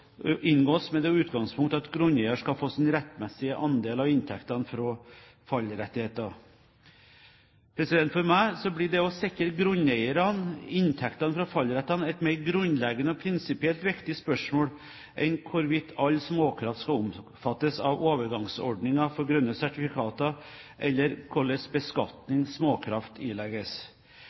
inngås med det utgangspunkt at grunneier skal få sin rettmessige andel av inntektene fra fallrettigheten. For meg blir det å sikre grunneierne inntektene fra fallrettene et mer grunnleggende og prinsipielt spørsmål enn hvorvidt all småkraft skal omfattes av overgangsordninger for grønne sertifikater, eller hvilken beskatning småkraft ilegges.